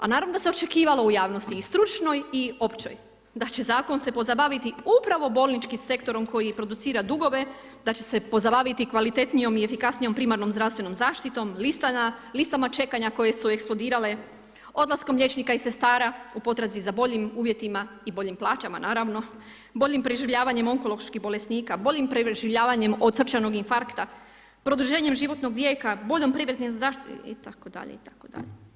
A naravno da se očekivalo u javnosti i stručnoj i općoj da će zakon se pozabaviti upravo bolničkim sektorom koji producira dugove, da će se pozabaviti kvalitetnijom i efikasnijom primarnom zdravstvenom zaštitom, listama čekanja koje su eksplodirale, odlaskom liječnika i sestara u potrazi za boljim uvjetima i boljim plaćama naravno, boljim preživljavanjem onkoloških bolesnika, boljim preživljavanjem od srčanog infarkta, produženjem životnog vijeka, boljom primarnom zaštitom itd., itd.